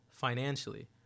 financially